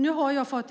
Nu har jag fått